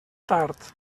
tard